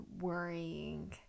worrying